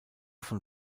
von